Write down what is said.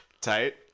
Tight